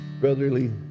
brotherly